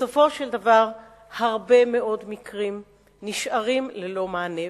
בסופו של דבר הרבה מאוד מקרים נשארים ללא מענה,